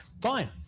fine